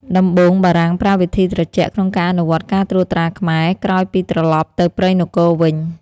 ដំបូងបារាំងប្រើវិធីត្រជាក់ក្នុងការអនុវត្តការត្រួតត្រាខ្មែរ ក្រោយពីត្រឡប់ទៅព្រៃនគរវិញ។